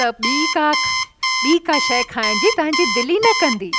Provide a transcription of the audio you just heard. त ॿी का ॿी का शइ खाइण जी तव्हांजी दिलि ई न कंदी